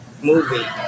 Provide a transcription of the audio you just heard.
movie